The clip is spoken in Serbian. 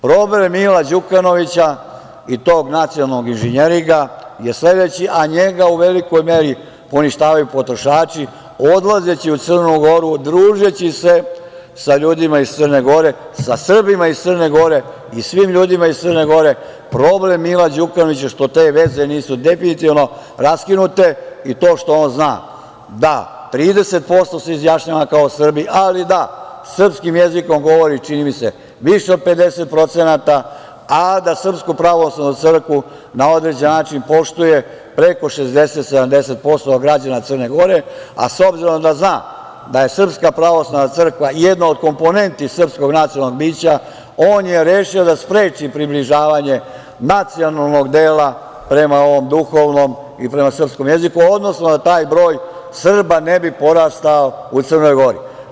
Problem Mila Đukanovića i tog nacionalnog inženjeringa je sledeći, a njega u velikoj meri poništavaju potrošači odlazeći u Crnu Goru, družeći se sa ljudima iz Crne Gore, sa Srbima iz Crne Gore i svim ljudima iz Crne Gore, problem Mila Đukanovića je što te veze nisu definitivno raskinute i to što on zna da se 30% izjašnjava kao Srbi, ali srpskim jezikom govori, čini mi se, više od 50%, a da SPC na određeni način poštuje preko 60%, 70% građana Crne Gore, a s obzirom da zna da je SPC jedna od komponenti srpskog nacionalnog bića, on je rešio da spreči približavanje nacionalnog dela prema ovom duhovnom i prema srpskom jeziku, odnosno da taj broj Srba ne bi porastao u Crnoj Gori.